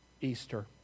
Easter